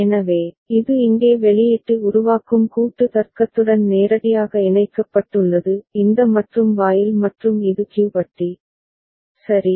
எனவே இது இங்கே வெளியீட்டு உருவாக்கும் கூட்டு தர்க்கத்துடன் நேரடியாக இணைக்கப்பட்டுள்ளது இந்த மற்றும் வாயில் மற்றும் இது Q பட்டி சரி